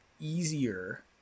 easier